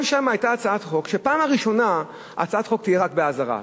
גם שם היתה הצעת חוק שבפעם הראשונה תהיה רק אזהרה,